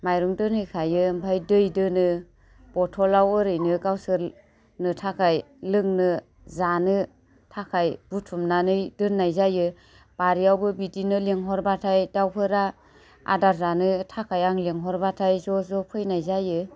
माइरं दोनहैखायो ओमफ्राय दै दोनो बथलाव ओरैनो गावसोरनो थाखाय लोंनो जानो थाखाय बुथुमनानै दोन्नाय जायो बारियावबो बिदिनो लेंहरबाथाय दाउफोरा आदार जानो थाखाय आं लेंहरबाथाय ज' ज' फैनाय जायो